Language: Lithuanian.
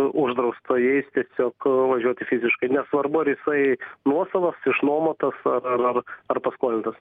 uždrausta jais tiesiog važiuoti fiziškai nesvarbu ar jisai nuosavas išnuomotas ar ar ar ar paskolintas